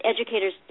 educators